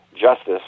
justice